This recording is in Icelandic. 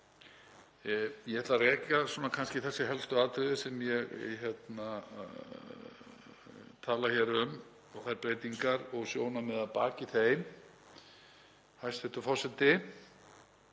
Ég ætla að rekja svona kannski þessi helstu atriði sem ég tala hér um og þær breytingar og sjónarmið að baki þeim. Hæstv. forseti.